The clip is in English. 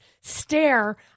stare